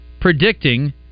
predicting